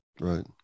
Right